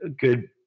good